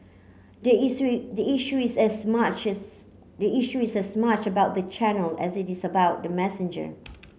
the issue the issue is as much as the issue is as much about the channel as it is about the messenger